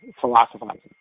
philosophizing